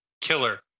killer